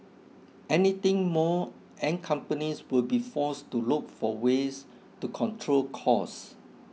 anything more and companies will be forced to look for ways to control costs